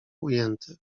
ujęty